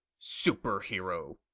superhero